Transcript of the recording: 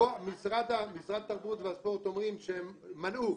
רגע, משרד התרבות והספורט אומרים שהם מנעו.